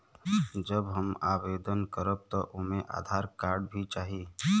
जब हम आवेदन करब त ओमे आधार कार्ड भी चाही?